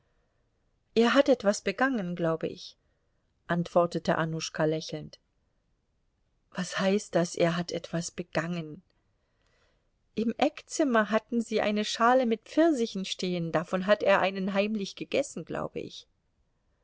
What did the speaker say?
er hat etwas begangen glaube ich antwortete annuschka lächelnd was heißt das er hat etwas begangen im eckzimmer hatten sie eine schale mit pfirsichen stehen davon hat er einen heimlich gegessen glaube ich